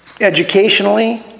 educationally